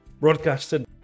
broadcasted